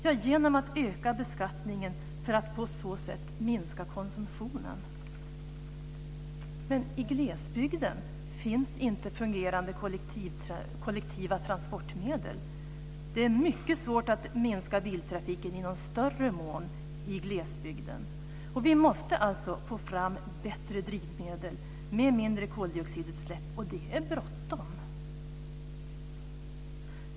Ja, genom att öka beskattningen för att på så sätt minska konsumtionen. I glesbygden finns inte fungerande kollektiva transportmedel. Det är mycket svårt att minska biltrafiken i någon större mån i glesbygden. Vi måste alltså få fram bättre drivmedel med mindre koldioxidutsläpp - och det är bråttom!